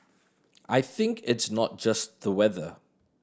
I think it's not just the weather